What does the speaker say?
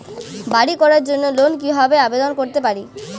বাড়ি করার জন্য লোন কিভাবে আবেদন করতে পারি?